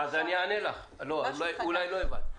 אני אענה לך, אולי לא הבנת.